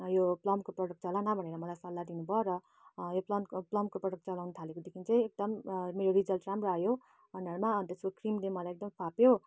यो प्लमको प्रडक्ट चला न भनेर मलाई सल्लाह दिनुभयो र यो प्लमको प्रडक्ट चलाउन थाल्यो पछि चाहिँ एकदम मेरो रिजल्ट राम्रो आयो अनुहारमा त्यसको क्रिमले मलाई चाहिँ फाप्यो